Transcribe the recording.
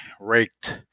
raked